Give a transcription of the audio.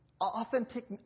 authentic